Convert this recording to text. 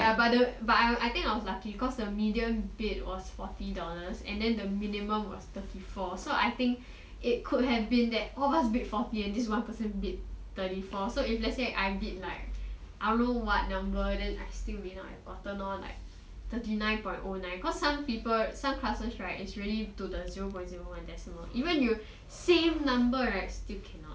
but I think I was lucky cause the median bid was forty dollars and then the minimum was thirty four so I think it could have been that all of us bid forty and this one percent bid thirty four so if let's say I bid like I don't know what number then I still may not have gotten on like thirty nine point O nine cause some people some classes right is really to the zero point zero one decimal even you same number right still cannot